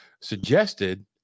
suggested